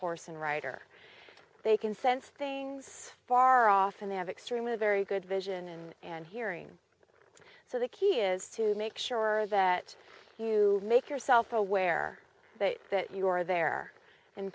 horse and rider they can sense things far off and they have extremely very good vision and hearing so the key is to make sure that you make yourself aware that you are there in